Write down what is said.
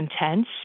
intense